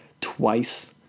twice